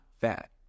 fat